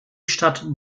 stadt